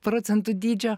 procentų dydžio